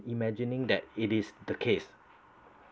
imagining that it is the case